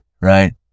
right